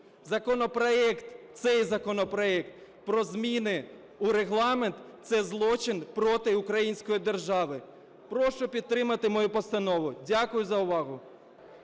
Законопроект, цей законопроект про зміни у Регламент – це злочин проти української держави. Прошу підтримати мою постанову. Дякую за увагу.